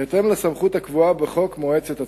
בהתאם לסמכות הקבועה בחוק מועצת הצמחים.